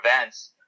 events